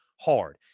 hard